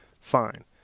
fine